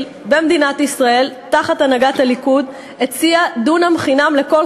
במדינת ישראל תחת הנהגת הליכוד דונם חינם בנגב,